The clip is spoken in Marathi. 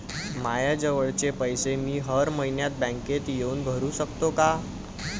मायाजवळचे पैसे मी हर मइन्यात बँकेत येऊन भरू सकतो का?